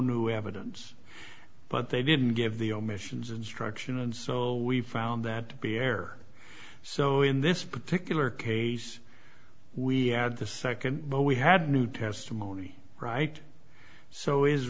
new evidence but they didn't give the omissions instruction and so we found that to be err so in this particular case we add the second well we had new testimony right so is